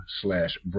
slash